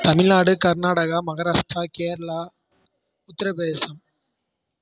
Tamil Nadu Karnataka Maharashtra Kerala Uttar Pradesh